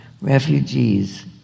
refugees